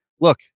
look